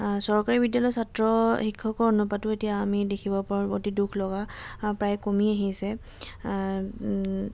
অ' চৰকাৰী বিদ্যালয় ছাত্ৰ শিক্ষকৰ অনুপাতো এতিয়া আমি দেখিব পাৰোঁ অতি দুখ লগা প্ৰায় কমি আহিছে